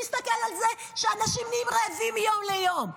תסתכל על זה שאנשים נהיים רעבים מיום ליום.